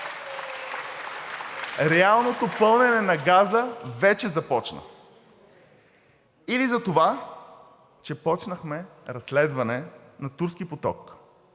Реалното пълнене на газа вече започна. Или затова, че започнахме разследване на Турски поток,